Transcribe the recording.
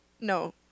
No